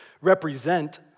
represent